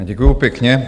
Děkuju pěkně.